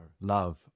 love